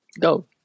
go